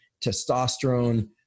testosterone